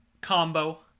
combo